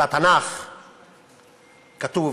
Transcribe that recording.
בתנ"ך כתוב: